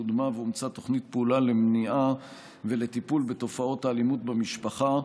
קודמה ואומצה תוכנית פעולה למניעה ולטיפול בתופעות האלימות במשפחה,